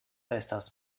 estas